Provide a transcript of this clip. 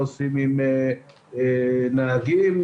עם נהגים?